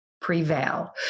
prevail